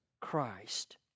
Christ